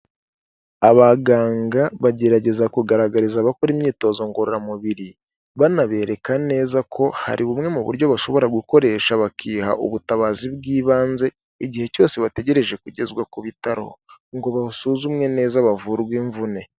Abaganga bagerageza kugaragariza abakora imyitozo ngororamubiri, banabereka neza ko hari bumwe mu buryo bashobora gukoresha bakiha ubutabazi bw'ibanze, igihe cyose bategereje kugezwa ku bitaro ngo basuzumwe neza bavurwe imvune.